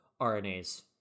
RNA's